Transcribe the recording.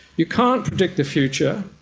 you can't predict the future,